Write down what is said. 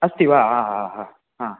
अस्ति वा आ हा हा हा हा